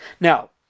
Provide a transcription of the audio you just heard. Now